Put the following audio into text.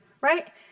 right